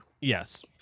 Yes